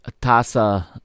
Tasa